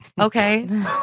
Okay